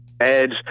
Edge